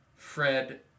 Fred